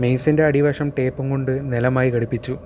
മെയ്സിൻ്റെ അടിവശം ടേപ്പും കൊണ്ട് നിലമായി ഘടിപ്പിച്ചു